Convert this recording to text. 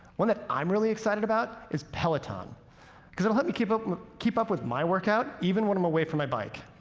one that i'm really excited about is peloton because it'll help me keep up keep up with my workout even when i'm away from my bike.